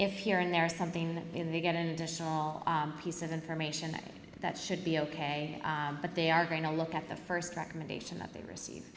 if you're in there or something that when they get an additional piece of information that should be ok but they are going to look at the first recommendation that they receive